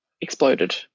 exploded